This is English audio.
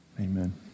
Amen